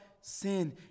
sin